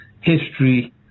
history